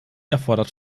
erfordert